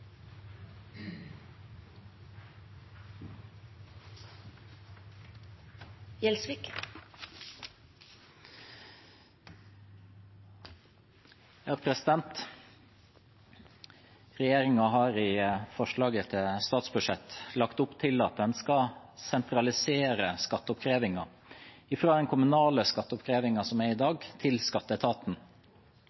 har i forslaget til statsbudsjett lagt opp til at en skal sentralisere skatteoppkrevingen fra den kommunale skatteoppkrevingen som er i